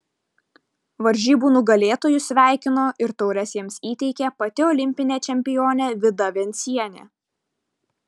varžybų nugalėtojus sveikino ir taures jiems įteikė pati olimpinė čempionė vida vencienė